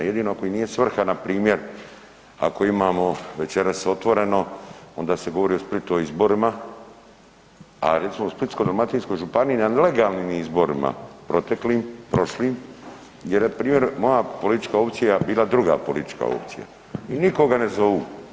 Jedino ako im nije svrha npr. ako imamo večeras „Otvoreno“ onda se govori o Splitu o izborima, a recimo u Splitsko-dalmatinskoj županiji na legalnim izborima proteklim, prošlim gdje je npr. moja politička opcija bila druga politička opcija i nikoga ne zovu.